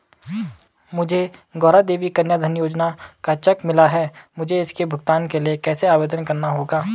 मुझे गौरा देवी कन्या धन योजना का चेक मिला है मुझे इसके भुगतान के लिए कैसे आवेदन करना होगा?